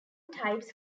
types